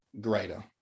greater